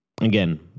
again